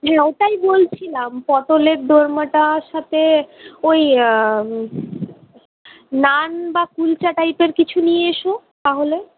হ্যাঁ ওটাই বলছিলাম পটলের দোর্মাটার সাথে ওই নান বা কুলচা টাইপের কিছু নিয়ে এসো তাহলে